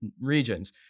regions